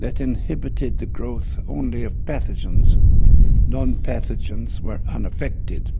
that inhibited the growth only of pathogens non-pathogens were unaffected.